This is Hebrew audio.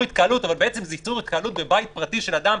התקהלות אבל זה בעצם איסור התקהלות בבית פרטי של אדם,